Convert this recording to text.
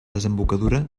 desembocadura